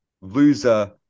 loser